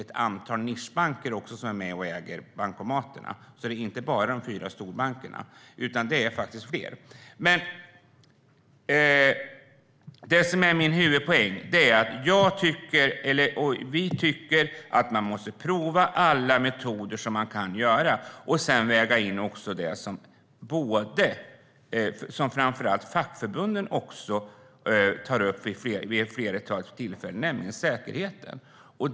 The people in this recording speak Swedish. Ett antal nischbanker är med och äger bankomaterna, så det är inte bara de fyra storbankerna. Min huvudpoäng är att vi tycker att man måste prova alla metoder som man kan och sedan väga in det som framför allt fackförbunden har tagit upp vid ett flertal tillfällen, nämligen säkerheten.